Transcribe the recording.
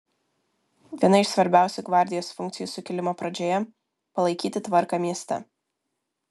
viena iš svarbiausių gvardijos funkcijų sukilimo pradžioje palaikyti tvarką mieste